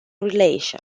relation